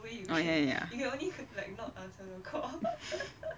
oh ya ya ya